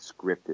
scripted